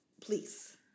Please